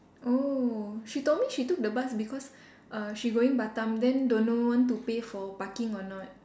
oh she told me she took the bus because uh she going Batam then don't know want to pay for parking or not